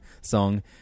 song